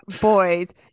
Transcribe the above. boys